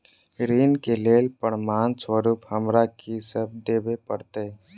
ऋण केँ लेल प्रमाण स्वरूप हमरा की सब देब पड़तय?